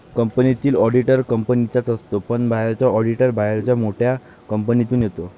कंपनीतील ऑडिटर कंपनीचाच असतो पण बाहेरचा ऑडिटर बाहेरच्या मोठ्या कंपनीतून येतो